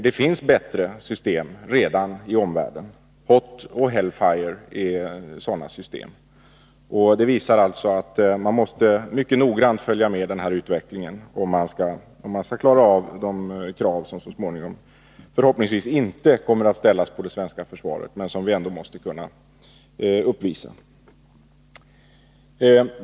Det finns redan bättre system i omvärlden — Hot och Hellfire är sådana system. Det visar alltså att man måste noggrant följa med den här utvecklingen, om man skall klara de krav som förhoppningsvis inte kommer att ställas på det svenska försvaret men som vi ändå måste kunna uppfylla.